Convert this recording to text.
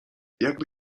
jakby